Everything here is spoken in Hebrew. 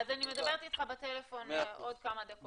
אז אני מדברת איתך בטלפון בעוד כמה דקות.